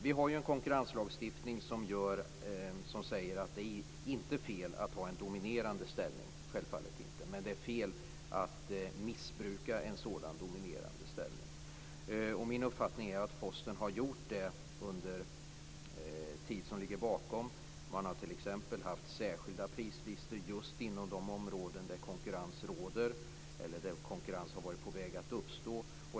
Vi har en konkurrenslagstiftning som säger att det inte är fel att ha en dominerande ställning - självfallet - men att det är fel att missbruka en sådan dominerande ställning. Min uppfattning är att Posten har gjort det under den tid som ligger bakom. Man har t.ex. haft särskilda prislistor just inom de områden där konkurrens råder eller varit på väg att uppstå.